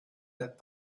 that